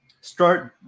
Start